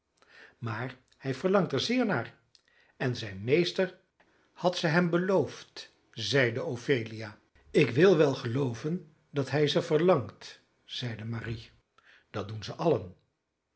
maar hij verlangt er zeer naar en zijn meester had ze hem beloofd zeide ophelia ik wil wel gelooven dat hij ze verlangt zeide marie dat doen zij allen